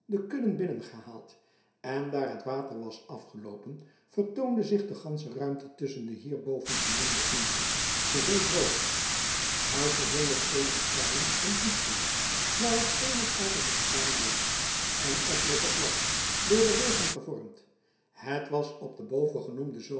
de kudden binnengehaald en daar het water was afgeloopen vertoonde zich de gansche ruimte tusschen den hierboven genoemden omtrek geheel droog uitgezonderd eenige kuilen en diepten waar het zeenat altijd in staan bleef en ettelijke plassen door den regen gevormd het was op den bovengenoemden